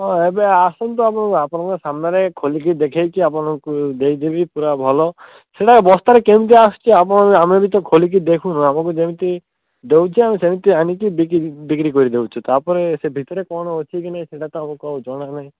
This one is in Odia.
ହଁ ଏବେ ଆସନ୍ତୁ ଆପଣ ଆପଣଙ୍କ ସାମ୍ନାରେ ଖୋଲିକି ଦେଖେଇକି ଦେଇଦେବି ପୁରା ଭଲ ସେଟା ବସ୍ତାରେ କେମିତିଆ ଆସୁଛି ଆପଣ ଆମେ ବି ତ ଖୋଲିକି ଦେଖୁନୁ ଆମକୁ ଯେମିତି ଦେଉଛି ଆମେ ସେମିତି ଆଣିକି ବିକି ବିକ୍ରି କରିଦେଉଛୁ ତା'ପରେ ସେ ଭିତରେ କଣ ଅଛିକି କି ନାହିଁ ସେଟା ତ ଆମକୁ ଆଉ ଜଣା ନାହିଁ